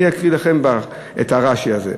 אני אקריא לך את הרש"י הזה: